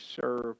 serve